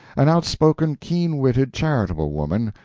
an outspoken, keen-witted, charitable woman,